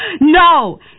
No